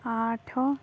ଆଠ